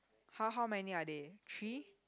h~ how many are there three